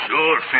Sure